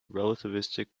relativistic